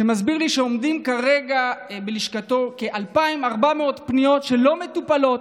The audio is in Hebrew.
והוא הסביר לי שעומדות כרגע בלשכתו כ-2,400 פניות שלא מטופלות,